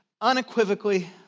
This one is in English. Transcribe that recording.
unequivocally